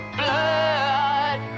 blood